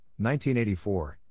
1984